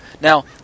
Now